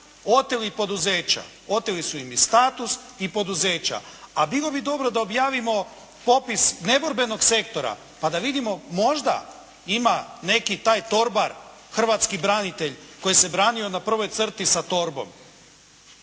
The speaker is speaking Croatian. oteli poduzeća. Oteli su im i status i poduzeća. A bilo bi dobro da objavimo popis neborbenog sektora pa da vidimo, možda ima neki taj torbar, hrvatski branitelj koji se branio na prvoj crti sa torbom.